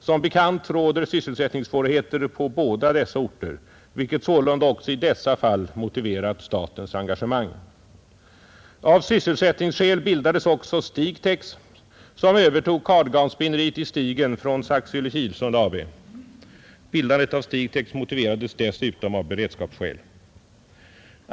Som bekant råder sysselsättningssvårigheter på båda dessa orter vilket sålunda också i dessa fall motiverat statens engagemang. Av sysselsättningsskäl bildades också Stigtex, som övertog kardgarnsspinneriet i Stigen från Saxylle-Kilsund AB. Bildandet av Stigtex motiverades dessutom av beredskapsskäl.